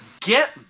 Get